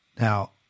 Now